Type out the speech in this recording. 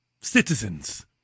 citizens